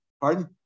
Pardon